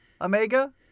Omega